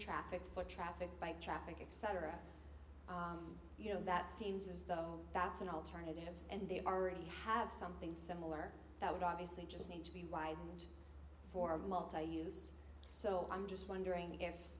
traffic foot traffic by traffic etc you know that seems as though that's an alternative and they already have something similar that would obviously just need to be widened for multiuse so i'm just wondering if